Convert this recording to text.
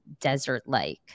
desert-like